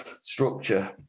structure